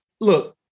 look